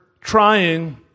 trying